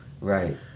Right